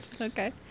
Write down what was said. Okay